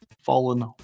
fallen